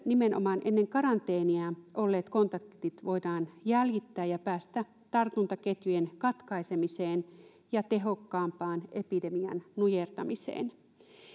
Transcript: nimenomaan ennen karanteenia olleet kontaktit voidaan jäljittää ja päästä tartuntaketjujen katkaisemiseen ja tehokkaampaan epidemian nujertamiseen